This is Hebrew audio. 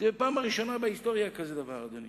זו הפעם הראשונה בהיסטוריה, כזה דבר, אדוני.